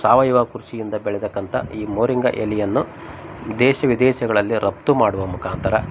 ಸಾವಯವ ಕೃಷಿಯಿಂದ ಬೆಳೆದಂಥ ಈ ಮೋರಿಂಗ ಎಲೆಯನ್ನು ದೇಶ ವಿದೇಶಗಳಲ್ಲಿ ರಫ್ತು ಮಾಡುವ ಮುಖಾಂತರ